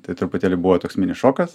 tai truputėlį buvo toks mini šokas